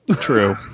True